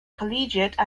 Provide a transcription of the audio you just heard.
collegiate